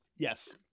Yes